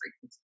frequency